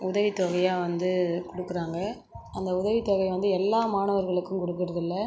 உதவித் தொகையாக வந்து கொடுக்கறாங்க அந்த உதவித் தொகையை வந்து எல்லா மாணவர்களுக்கும் கொடுக்கிறது இல்லை